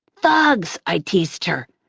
thugs, i teased her.